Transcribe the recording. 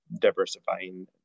diversifying